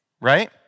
right